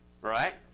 Right